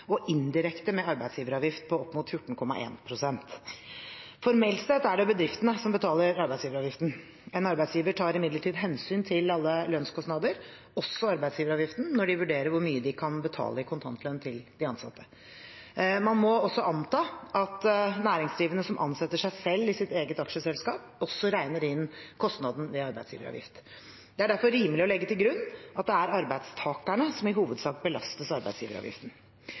og indirekte med arbeidsgiveravgift på opp mot 14,1 pst. Formelt sett er det bedriftene som betaler arbeidsgiveravgiften. En arbeidsgiver tar imidlertid hensyn til alle lønnskostnader, også arbeidsgiveravgiften, når han vurderer hvor mye han kan betale i kontantlønn til de ansatte. Man må også anta at næringsdrivende som ansetter seg selv i sitt eget aksjeselskap, også regner inn kostnaden ved arbeidsgiveravgift. Det er derfor rimelig å legge til grunn at det er arbeidstakerne som i hovedsak belastes arbeidsgiveravgiften.